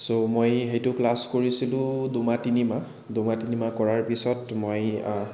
চ' মই সেইটো ক্লাছ কৰিছিলোঁ দুমাহ তিনিমাহ দুমাহ তিনিমাহ কৰাৰ পিছত মই